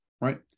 right